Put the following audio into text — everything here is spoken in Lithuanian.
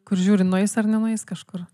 kur žiūri nueis ar nenueis kažkur